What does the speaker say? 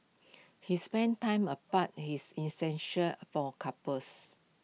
his spending time apart his essential for couples